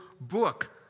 book